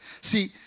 See